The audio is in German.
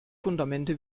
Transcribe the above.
fundamente